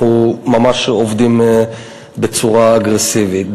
אנחנו ממש עובדים בצורה אגרסיבית.